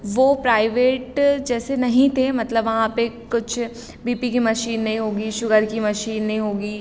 वो प्राइवेट जैसे नहीं थे मतलब वहाँ पे कुछ बी पी की मशीन नहीं होगी शुगर की मशीन नहीं होगी